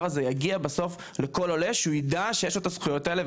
הזה יגיע בסוף לכל עולה שידע שיש לו את הזכויות האלו,